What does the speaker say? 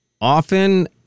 often